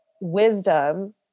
wisdom